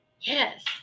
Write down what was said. Yes